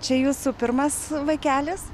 čia jūsų pirmas vaikelis